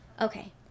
Okay